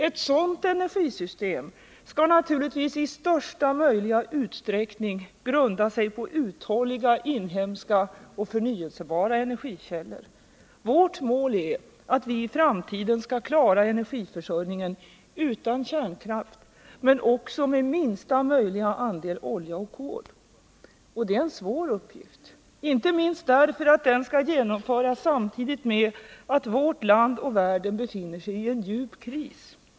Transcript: Ett sådant energisystem bör naturligtvis i största möjliga utsträckning grunda sig på uthålliga, inhemska och förnyelsebara energikällor. Målet är att vi i framtiden skall klara energiförsörjningen utan kärnkraft och med minsta möjliga andel olja och kol. Det är en svår uppgift — inte minst därför att den skall genomföras samtidigt med att vårt land och världen befinner sig i en djup kris.